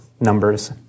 numbers